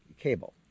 cable